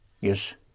Yes